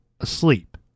asleep